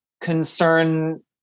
concern